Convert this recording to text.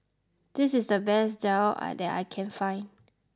this is the best Daal that I can find